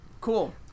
Cool